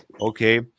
okay